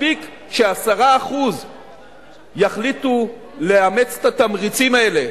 מספיק ש-10% יחליטו לאמץ את התמריצים האלה